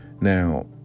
Now